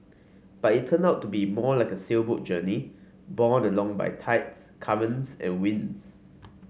but it turned out to be more like a sailboat journey borne along by tides currents and winds